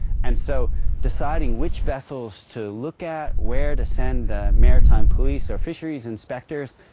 and so deciding which vessels to look at, where to send the maritime police or fisheries inspectors,